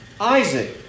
Isaac